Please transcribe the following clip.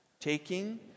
taking